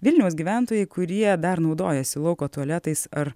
vilniaus gyventojai kurie dar naudojasi lauko tualetais ar